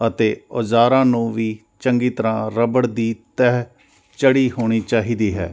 ਅਤੇ ਔਜ਼ਾਰਾਂ ਨੂੰ ਵੀ ਚੰਗੀ ਤਰ੍ਹਾਂ ਰਬੜ ਦੀ ਤਹਿ ਚੜ੍ਹੀ ਹੋਣੀ ਚਾਹੀਦੀ ਹੈ